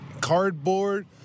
cardboard